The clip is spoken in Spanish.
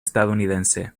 estadounidense